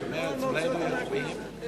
גאלב, זה